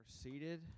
seated